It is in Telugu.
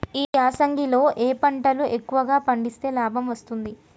ఈ యాసంగి లో ఏ పంటలు ఎక్కువగా పండిస్తే లాభం వస్తుంది?